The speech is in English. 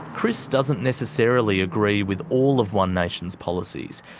chris doesn't necessarily agree with all of one nation's policies,